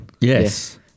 Yes